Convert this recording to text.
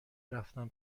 رفتن